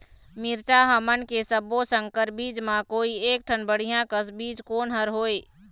मिरचा हमन के सब्बो संकर बीज म कोई एक ठन बढ़िया कस बीज कोन हर होए?